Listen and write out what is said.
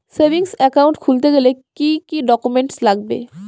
Savings account খুলতে গেলে কি কি ডকুমেন্টস লাগবে?